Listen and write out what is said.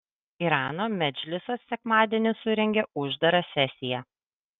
irano medžlisas sekmadienį surengė uždarą sesiją